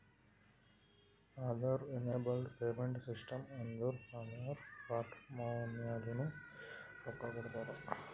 Aadhaar enabled payment system ಅಂದುರ್ Aadhaar card ಮ್ಯಾಲನು ರೊಕ್ಕಾ ಕೊಡ್ತಾರ